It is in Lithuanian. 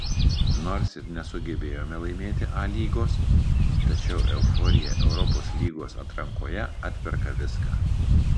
nors ir nesugebėjome laimėti a lygos tačiau euforija europos lygos atrankoje atperka viską